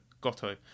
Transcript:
Goto